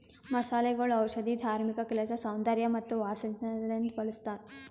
ಮಸಾಲೆಗೊಳ್ ಔಷಧಿ, ಧಾರ್ಮಿಕ ಕೆಲಸ, ಸೌಂದರ್ಯ ಮತ್ತ ವಾಸನೆ ಸಲೆಂದ್ ಬಳ್ಸತಾರ್